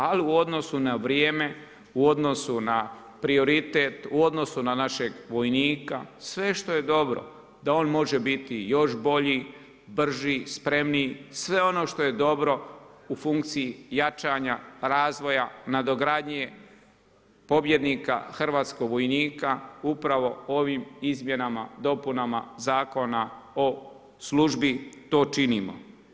Ali u odnosu na vrijeme, u odnosu na prioritet, u odnosu na našeg vojnika, sve što je dobro da on može biti još bolji, brži, spremniji, sve ono što je dobro u funkciji jačanja, razvoja, nadogradnje, pobjednika hrvatskog vojnika upravo ovim izmjenama i dopunama zakona o službi to činimo.